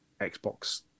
Xbox